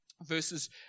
verses